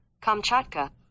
kamchatka